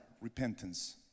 repentance